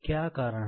क्या कारण है